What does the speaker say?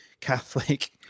Catholic